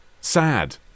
sad